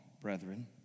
brethren